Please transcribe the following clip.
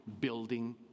building